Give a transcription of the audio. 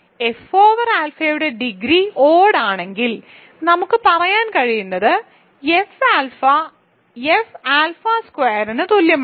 F over ആൽഫയുടെ degree odd ആണെങ്കിൽ നമുക്ക് പറയാൻ കഴിയുന്നത് എഫ് ആൽഫ എഫ് ആൽഫ സ്ക്വയറിന് തുല്യമാണ്